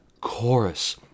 chorus